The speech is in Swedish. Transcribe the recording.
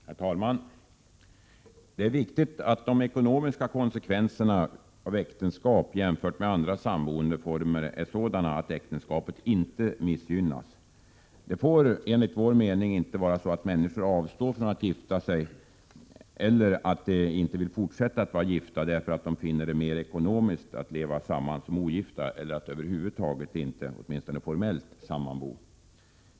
Herr talman! Det är viktigt att de ekonomiska konsekvenserna av äktenskap jämfört med andra samboendeformer är sådana att äktenskapet inte missgynnas. Det får enligt vår mening inte vara så att människor avstår från att gifta sig eller inte vill fortsätta att vara gifta därför att de finner att det är mer ekonomiskt att leva samman som ogifta eller att över huvud taget inte — åtminstone formellt — sammanbo.